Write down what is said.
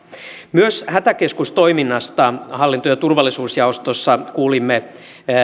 myös hätäkeskustoiminnasta hallinto ja turvallisuusjaostossa kuulimme